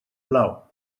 blau